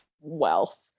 wealth